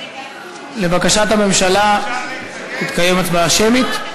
לבקשת הממשלה תתקיים הצבעה שמית?